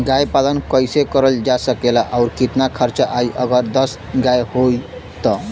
गाय पालन कइसे करल जा सकेला और कितना खर्च आई अगर दस गाय हो त?